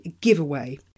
giveaway